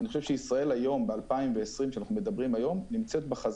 אני חושב שישראל היום ב-2020 נמצאת בחזית,